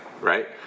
right